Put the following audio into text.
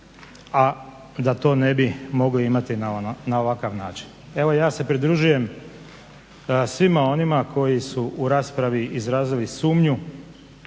a da to ne bi mogli imati na ovakav način. Evo ja se pridružujem svima onima koji su u raspravi izrazili sumnju